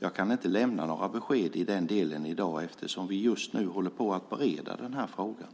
Jag kan inte lämna några besked i den delen i dag eftersom vi just nu håller på att bereda den här frågan.